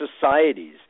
societies